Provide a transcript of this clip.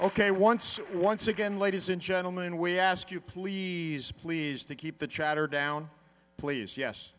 ok once once again ladies and gentlemen we ask you please please to keep the chatter down please yes